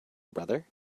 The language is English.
brother